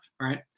right